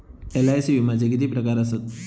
LIC विम्याचे किती प्रकार आसत?